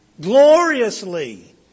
gloriously